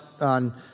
on